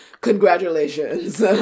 Congratulations